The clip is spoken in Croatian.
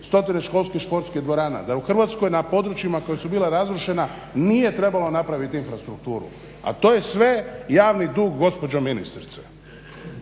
školskih sportskih dvorana, da u Hrvatskoj na područjima koja su bila razrušena nije trebalo napraviti infrastrukturu, a to je sve javni dug gospođo ministrice.